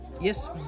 Yes